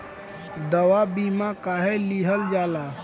दवा बीमा काहे लियल जाला?